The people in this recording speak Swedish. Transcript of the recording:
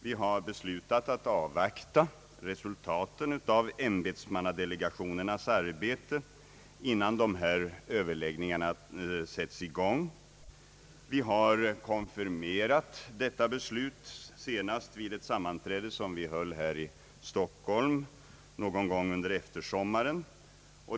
Vi har beslutat att avvakta resultaten av ämbetsmannadelegationernas arbete, innan regeringsöverläggningarna sätts i gång. Vi har konfirmerat detta beslut, senast vid ett sammanträde som vi höll här i Stockholm någon gång under eftersommaren.